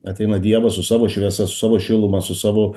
ateina dievas su savo šviesa su savo šiluma su savo